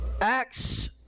Acts